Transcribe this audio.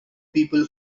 people